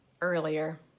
earlier